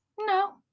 No